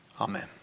Amen